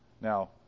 Now